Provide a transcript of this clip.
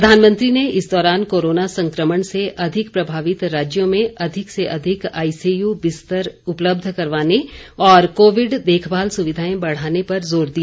प्रधानमंत्री ने इस दौरान कोरोना संक्रमण से अधिक प्रभावित राज्यों के अधिक से अधिक आईसीयू बिस्तर उपलब्ध करवाने और कोविड देखभाल सुविधाएं बढ़ाने पर जोर दिया